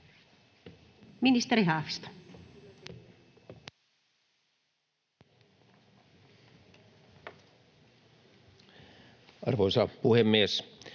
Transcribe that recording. Ministeri Haavisto. Arvoisa puhemies!